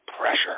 pressure